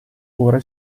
ora